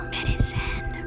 Medicine